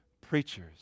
preachers